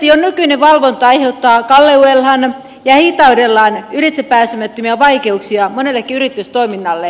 jo nykyinen valvonta aiheuttaa kalleudellaan ja hitaudellaan ylitsepääsemättömiä vaikeuksia monellekin yritystoiminnalle